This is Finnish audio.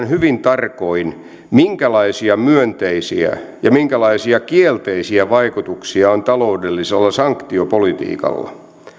hyvin tarkoin minkälaisia myönteisiä ja minkälaisia kielteisiä vaikutuksia on taloudellisella sanktiopolitiikalla